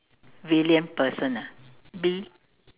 villain person ah V